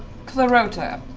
clarota?